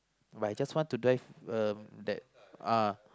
but I just want to drive ah